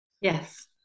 Yes